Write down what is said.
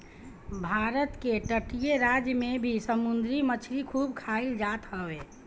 भारत के तटीय राज में भी समुंदरी मछरी खूब खाईल जात हवे